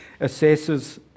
assesses